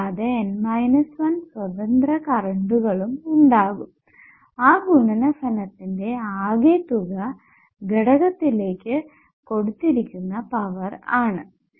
കൂടാതെ N 1സ്വതന്ത്ര കറണ്ടുകളും കൂടാതെ ആ ഗുണനഫലത്തിന്റെ ആകെ തുക ഘടകത്തിലേക്ക് കൊടുത്തിരിക്കുന്ന പവർ ആണ്